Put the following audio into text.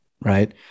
right